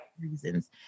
reasons